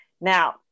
Now